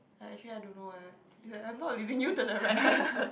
uh actually I don't know eh I'm not leaving you to the right answer